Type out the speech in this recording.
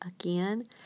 again